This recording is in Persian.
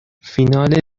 فینال